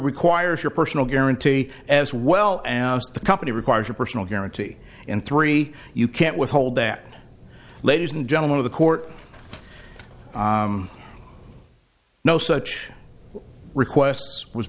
requires your personal guarantee as well and the company requires a personal guarantee and three you can't withhold that ladies and gentlemen of the court no such requests was